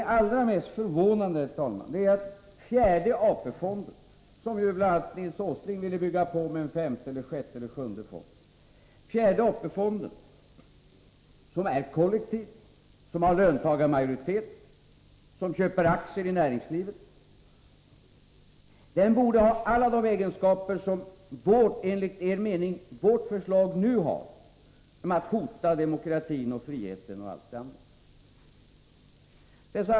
Det allra mest förvånande är att fjärde AP-fonden, som bl.a. Nils Åsling ville bygga på med en femte fond, eller fler, borde ha alla de egenskaper som vårt förslag nu har, enligt er mening — att hota demokratin och allt det andra. Den är ju kollektiv, den har löntagarmajoritet och den har köpt aktier i näringslivet.